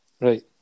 Right